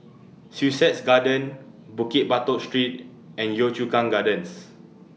Sussex Garden Bukit Batok Street and Yio Chu Kang Gardens